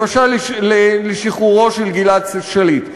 למשל לשחרורו של גלעד שליט.